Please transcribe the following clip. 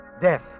death